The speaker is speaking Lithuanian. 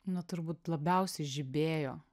nu turbūt labiausiai žibėjo